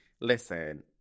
Listen